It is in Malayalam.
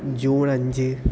ജൂൺ അഞ്ച്